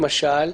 למשל,